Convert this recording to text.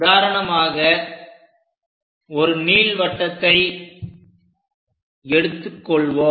உதாரணமாக ஒரு நீள்வட்டத்தை எடுத்துக்கொள்வோம்